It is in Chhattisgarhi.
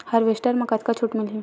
हारवेस्टर म कतका छूट मिलही?